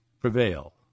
prevail